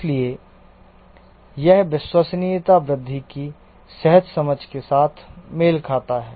इसलिए यह विश्वसनीयता वृद्धि की सहज समझ के साथ मेल खाता है